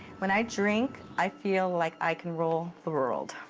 when i drink, i feel like i can rule the world.